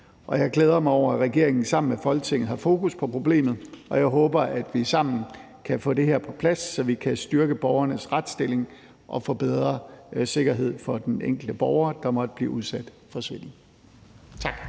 Jeg glæder mig over, at regeringen sammen med Folketinget har fokus på problemet, og jeg håber, at vi sammen kan få det her på plads, så vi kan styrke borgernes retsstilling og få bedre sikkerhed for den enkelte borger, der måtte blive udsat for svindel.